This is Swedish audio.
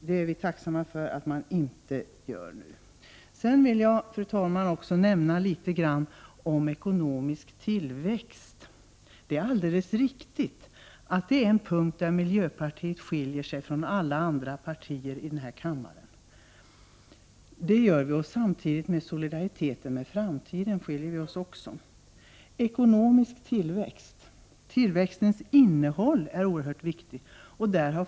Vi är tacksamma för att så inte längre sker. Fru talman! Jag vill också nämna litet om ekonomisk tillväxt. Det är alldeles riktigt att detta är en fråga där miljöpartiet skiljer sig från alla andra partier i denna kammare. Även när det gäller solidariteten med framtiden skiljer vi oss från övriga partier. Det talas om ekonomisk tillväxt, men tillväxtens innehåll är oerhört viktig.